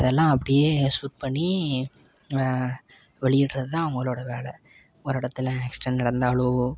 அதெல்லாம் அப்படியே சூட் பண்ணி வெளியிடுறதான் அவங்களோட வேலை ஒரு இடத்தில் ஆக்ஸ்டெண்ட் நடந்தாலோ